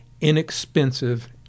inexpensive